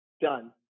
done